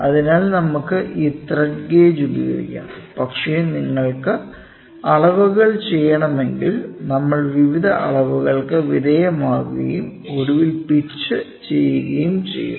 അതിനാൽ നമുക്ക് ഈ ത്രെഡ് ഗേജ് ഉപയോഗിക്കാം പക്ഷേ നിങ്ങൾക്ക് അളവുകൾ ചെയ്യണമെങ്കിൽ നമ്മൾ വിവിധ അളവുകൾക്ക് വിധേയമാക്കുകയും ഒടുവിൽ പിച്ച് ചെയ്യുകയും ചെയ്യും